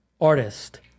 artist